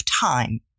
time